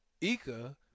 Ika